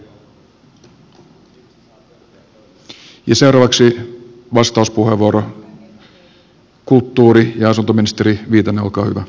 ja seuraavaksi vastauspuheenvuoro kulttuuri ja asuntoministeri viitanen olkaa hyvä